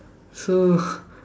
so